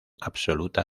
absoluta